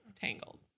Tangled